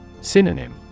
Synonym